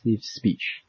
speech